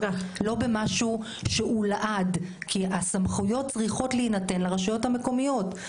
לא במשהו שהוא לעד כי הסמכויות צריכות להינתן לרשויות המקומיות,